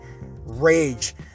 rage